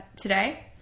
today